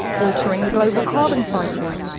altering the global carbon cycle,